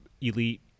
elite